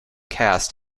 cast